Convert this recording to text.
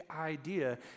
idea